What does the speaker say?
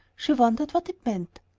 she wondered what it meant.